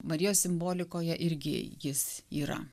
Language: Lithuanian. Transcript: marijos simbolikoje irgi jis yra